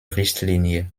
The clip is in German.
richtlinie